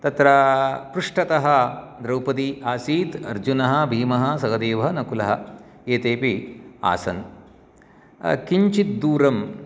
तत्र पृष्ठतः द्रौपदी आसीत् अर्जुनः भीमः सहदेवः नकुलः एतेपि आसन् किञ्चित् दूरं